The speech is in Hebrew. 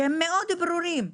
שהם מאוד ברורים,